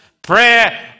Prayer